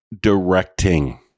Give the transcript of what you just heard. directing